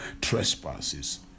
trespasses